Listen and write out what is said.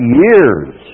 years